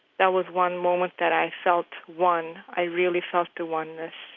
that was one moment that i felt one. i really felt the oneness.